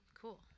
Cool